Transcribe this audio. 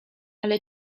ale